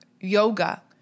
yoga